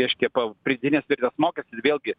reiškia pa pridėtinės vertės mokestį vėlgi